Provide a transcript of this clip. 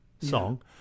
song